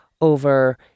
over